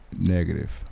Negative